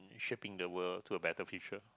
shaping the world to a better future